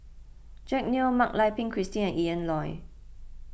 Jack Neo Mak Lai Peng Christine and Ian Loy